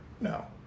No